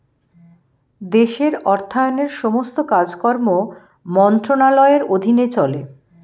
দেশের অর্থায়নের সমস্ত কাজকর্ম মন্ত্রণালয়ের অধীনে চলে